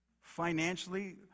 financially